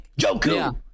joku